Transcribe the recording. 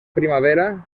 primavera